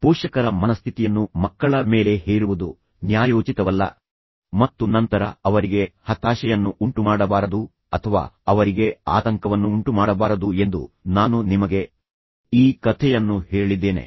ಪೋಷಕರ ಮನಸ್ಥಿತಿಯನ್ನು ಮಕ್ಕಳ ಮೇಲೆ ಹೇರುವುದು ನ್ಯಾಯೋಚಿತವಲ್ಲ ಮತ್ತು ನಂತರ ಅವರಿಗೆ ಹತಾಶೆಯನ್ನು ಉಂಟುಮಾಡಬಾರದು ಅಥವಾ ಅವರಿಗೆ ಆತಂಕವನ್ನುಂಟು ಮಾಡಬಾರದು ಎಂದು ನಾನು ನಿಮಗೆ ಈ ಕಥೆಯನ್ನು ಹೇಳಿದ್ದೇನೆ